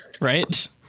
Right